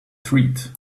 treat